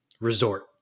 Resort